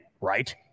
Right